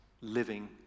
living